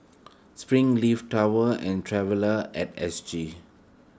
Springleaf Tower and Traveller at S G